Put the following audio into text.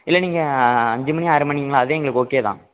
இல்லை நீங்கள் அஞ்சு மணி ஆறு மணிங்கல்ல அதே எங்களுக்கு ஓகே தான்